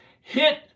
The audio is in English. Hit